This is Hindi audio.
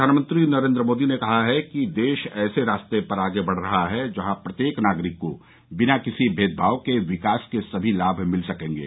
प्रधानमंत्री नरेन्द्र मोदी ने कहा है कि देश ऐसे रास्ते पर आगे बढ रहा है जहां प्रत्येक नागरिक को बिना किसी भेदभाव के विकास के समी लाम मिल सकेंगे